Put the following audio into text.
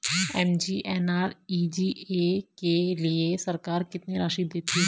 MGNREGA के लिए सरकार कितनी राशि देती है?